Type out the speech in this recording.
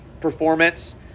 performance